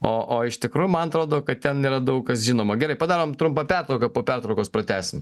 o o iš tikrųjų man atrodo kad ten yra daug kas žinoma gerai padarom trumpą pertrauką po pertraukos pratęsim